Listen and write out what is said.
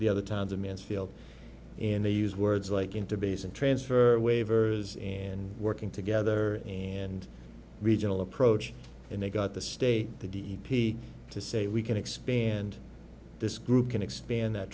the other towns in mansfield and they use words like into basin transfer waivers and working together and regional approach and they've got the state the d e p t to say we can expand this group can expand that